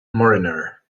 mariner